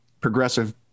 progressive